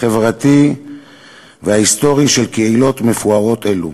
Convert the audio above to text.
החברתי וההיסטורי של קהילות מופלאות אלו.